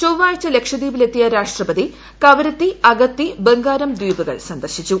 ചൊവ്വാഴ്ച ലക്ഷദ്വീപിലെത്തിയ രാഷ്ട്രപതി കവരത്തി അഗത്തി ബംഗാരം ദ്വീപുകൾ സന്ദർശിച്ചു